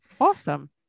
Awesome